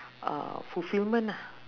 uh fulfilment ah